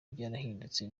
byarahindutse